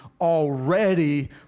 already